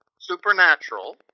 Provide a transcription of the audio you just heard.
supernatural